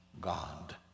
God